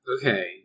Okay